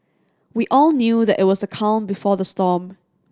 we all knew that it was a calm before the storm